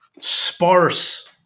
sparse